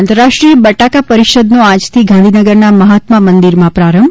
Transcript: આંતરરાષ્ટ્રીય બટાકા પરિષદનો આજથી ગાંધીનગરના મહાત્મા મંદિરમાં પ્રારંભ